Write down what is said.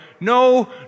No